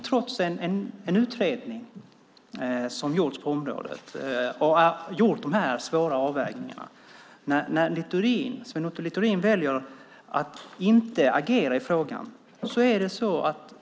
Trots att en utredning gjorts på området om de svåra avvägningarna väljer Sven Otto Littorin att inte agera i frågan.